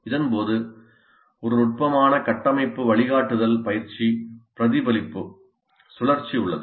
இதன் போது ஒரு நுட்பமான "கட்டமைப்பு வழிகாட்டுதல் பயிற்சி பிரதிபலிப்பு" சுழற்சி உள்ளது